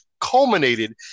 culminated